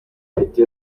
afite